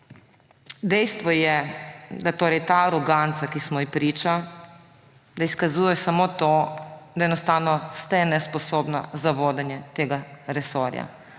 Dejstvo je, da torej ta aroganca, ki smo ji priča, izkazuje samo to, da enostavno ste nesposobni za vodenje tega resorja,